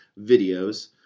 Videos